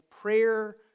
prayer